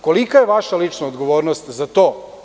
Kolika je vaša lična odgovornost za to?